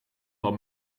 van